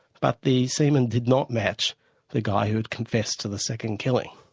but the semen did not match the guy who had confessed to the second killing.